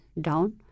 down